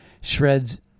shreds